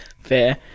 Fair